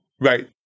Right